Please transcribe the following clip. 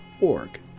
org